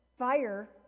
Fire